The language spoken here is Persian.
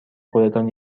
خودتان